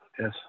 Yes